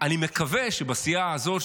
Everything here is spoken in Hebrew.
אני מקווה שבסיעה הזאת,